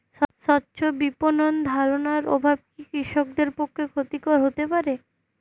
স্বচ্ছ বিপণন ধারণার অভাব কি কৃষকদের পক্ষে ক্ষতিকর হতে পারে?